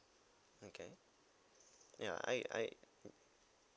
okay ya I I